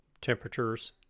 temperatures